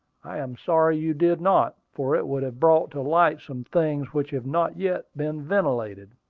i am sorry you did not, for it would have brought to light some things which have not yet been ventilated.